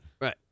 Right